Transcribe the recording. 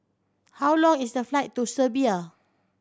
how long is the flight to Serbia